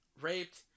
raped